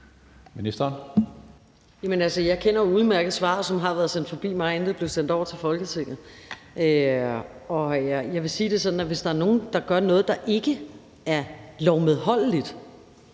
Jeg kender jo udmærket svaret, som har været sendt forbi mig, inden det blev sendt over til Folketinget. Jeg vil sige det sådan, at hvis der er nogen, der gør noget, der ikke er lovmedholdeligt,